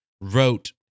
wrote